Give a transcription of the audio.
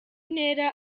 ntera